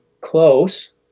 close